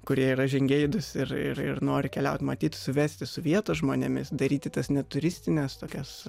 kurie yra žingeidūs ir ir ir nori keliaut matyt suvesti su vietos žmonėmis daryti tas neturistines tokias